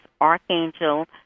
Archangel